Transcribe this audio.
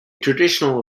traditional